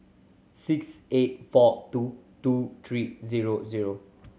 six eight four two two three zero zero